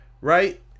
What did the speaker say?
right